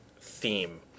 theme